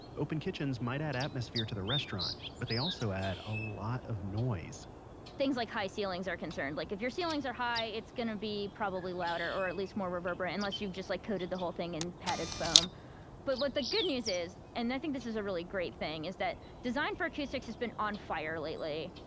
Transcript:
open kitchens might add atmosphere to the restaurant, but they also add a lot of noise things like high ceilings are a concern. like if your ceilings are high it's gonna be probably louder or at least more reverberant unless you've just like coated the whole thing in padded foam but what the good news is, and i think this is a really great thing is that design for acoustics has been on fire lately